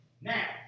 Now